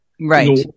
right